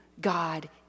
God